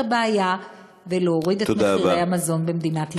הבעיה ולהוריד את מחירי המזון במדינת ישראל.